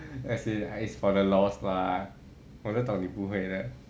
as in it's for the lost lah 我懂你不会的